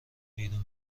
بیرون